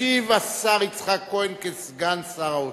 ישיב השר יצחק כהן כסגן שר האוצר.